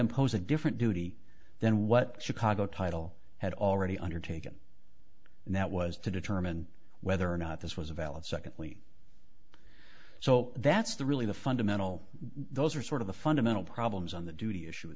impose a different duty than what chicago title had already undertaken and that was to determine whether or not this was a valid second please so that's the really the fundamental those are sort of the fundamental problems on the duty issue it